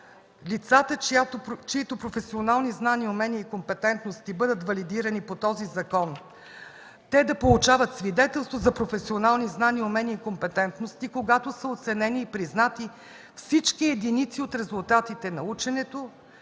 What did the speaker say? лицата, чиито професионални знания, умения и компетентности бъдат валидирани по този закон, да получават свидетелство за професионални знания, умения и компетентности, когато са оценени и признати всички единици от резултатите на ученето,